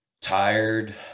tired